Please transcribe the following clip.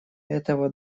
этого